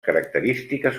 característiques